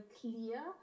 clear